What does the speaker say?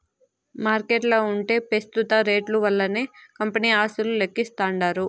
మార్కెట్ల ఉంటే పెస్తుత రేట్లు వల్లనే కంపెనీ ఆస్తులు లెక్కిస్తాండారు